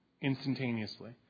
instantaneously